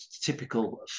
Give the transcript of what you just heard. typical